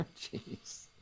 Jeez